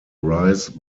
rise